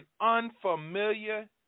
unfamiliar